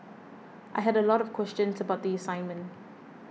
I had a lot of questions about the assignment